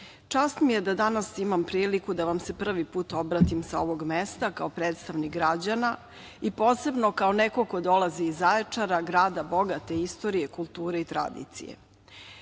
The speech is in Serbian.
čast mi je da danas imam priliku da vam se prvi put obratim sa ovog mesta kao predstavnik građana, posebno kao neko ko dolazi iz Zaječara, grada bogate istorije, kulture i tradicije. Pre